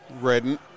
Redden